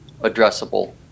addressable